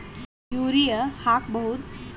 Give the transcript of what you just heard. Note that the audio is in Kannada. ಯೂರಿಯ ಹಾಕ್ ಬಹುದ?